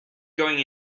going